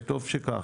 וטוב שכך.